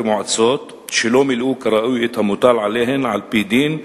מועצות שלא מילאו כראוי את המוטל עליהן על-פי דין.